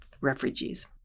refugees